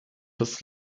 his